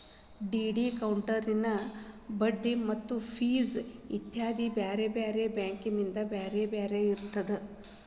DD ಅಕೌಂಟಿನ್ ಬಡ್ಡಿ ಮತ್ತ ಫಿಸ್ ಇತ್ಯಾದಿ ಬ್ಯಾರೆ ಬ್ಯಾರೆ ಬ್ಯಾಂಕಿಂದ್ ಬ್ಯಾರೆ ಬ್ಯಾರೆ ಇರ್ತದ